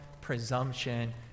presumption